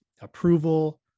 approval